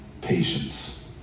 patience